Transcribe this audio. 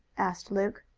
asked luke.